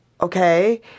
okay